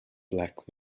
black